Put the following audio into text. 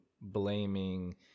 blaming